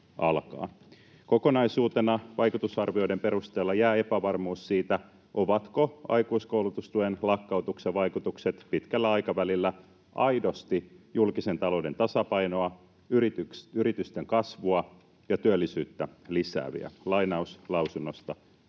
"Kokonaisuutena vaikutusarvioiden perusteella jää epävarmuus siitä, ovatko aikuiskoulutustuen lakkautuksen vaikutukset pitkällä aikavälillä aidosti julkisen talouden tasapainoa, yritysten kasvua ja työllisyyttä lisääviä," Arvoisa